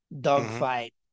dogfight